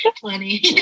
plenty